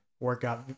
workout